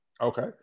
okay